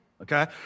okay